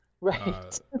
Right